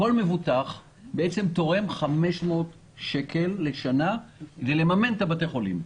כל מבוטח תורם 500 שקל לשנה כדי לממן את בתי החולים,